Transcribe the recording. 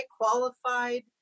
qualified